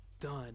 done